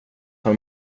har